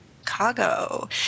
Chicago